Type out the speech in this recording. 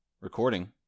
Recording